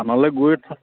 থানালৈ গৈ